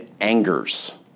angers